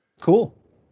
Cool